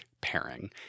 pairing